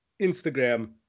Instagram